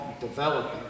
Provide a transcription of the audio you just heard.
developing